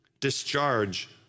discharge